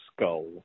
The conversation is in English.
skull